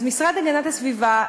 אז המשרד להגנת הסביבה,